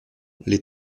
les